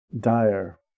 dire